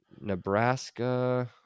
nebraska